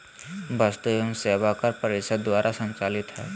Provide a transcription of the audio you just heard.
वस्तु एवं सेवा कर परिषद द्वारा संचालित हइ